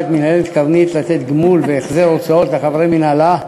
(גמול והחזר הוצאות לחבר מינהלה),